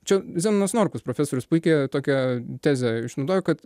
čia zenonas norkus profesorius puikią tokią tezę išnaudojo kad